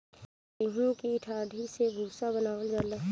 गेंहू की डाठी से भूसा बनावल जाला